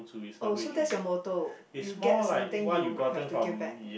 oh so that's you motto you get something you have to give back